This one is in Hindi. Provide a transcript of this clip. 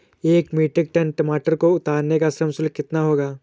एक मीट्रिक टन टमाटर को उतारने का श्रम शुल्क कितना होगा?